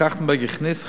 טרכטנברג הכניס חלק,